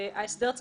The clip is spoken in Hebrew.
מה הסעיף הבא?